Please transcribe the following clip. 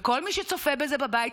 וכל מי שצופה בזה בבית,